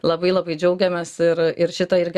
labai labai džiaugiamės ir ir šitą irgi